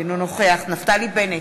אינו נוכח נפתלי בנט,